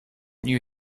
new